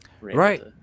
right